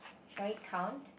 shall we count